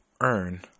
earn